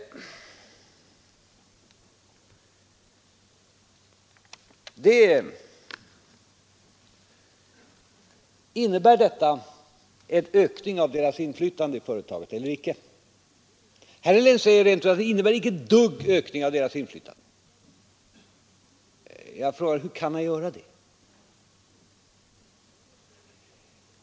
Innebär detta en ökning av deras inflytande i företaget eller icke? Herr Helén säger rent ut att det icke innebär den minsta ökning av deras inflytande. Jag frågar hur han kan påstå det.